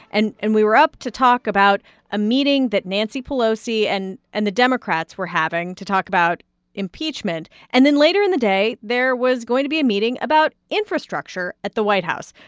and and we we were up to talk about a meeting that nancy pelosi and and the democrats were having to talk about impeachment. and then later in the day, there was going to be a meeting about infrastructure at the white house.